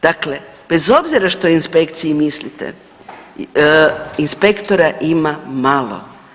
Dakle bez obzira što o inspekciji mislite, inspektora ima malo.